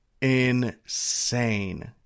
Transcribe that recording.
insane